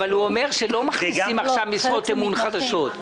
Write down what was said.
אבל הוא אומר שלא מכניסים עכשיו משרות אמון חדשות.